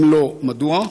6. אם לא, מדוע?